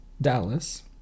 Dallas